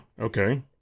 okay